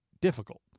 difficult